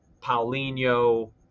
paulinho